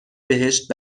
بهشت